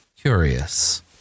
curious